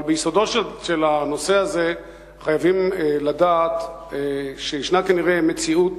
אבל ביסודו של דבר חייבים לדעת שישנה כנראה מציאות